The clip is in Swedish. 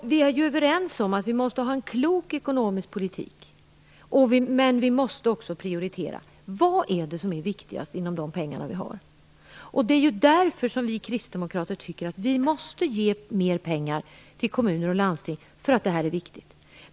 Vi är ju överens om att vi måste ha en klok ekonomisk politik. Men vi måste också prioritera. Vad är det som är viktigast att genomföra med de pengar vi har? Det är därför som vi kristdemokrater tycker att vi måste ge mer pengar till kommuner och landsting. Detta är viktigt.